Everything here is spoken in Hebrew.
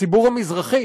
הציבור המזרחי,